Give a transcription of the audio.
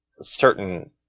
certain